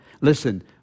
listen